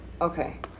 Okay